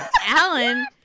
Alan